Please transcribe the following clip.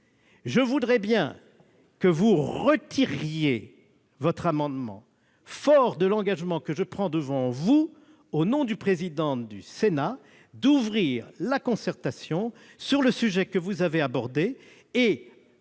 demande de bien vouloir retirer votre amendement, fort de l'engagement que je prends devant vous, au nom du président du Sénat, d'ouvrir la concertation sur le sujet que vous avez abordé et